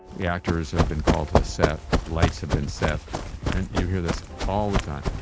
the actors have been called to the set, lights have been set and you hear this all the time,